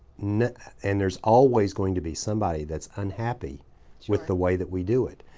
and there's always going to be somebody that's unhappy with the way that we do it.